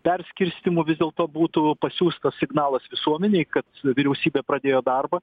perskirstymu vis dėlto būtų pasiųstas signalas visuomenei kad vyriausybė pradėjo darbą